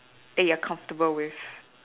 that you're comfortable with